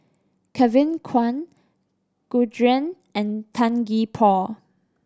Kevin Kwan Gu Juan and Tan Gee Paw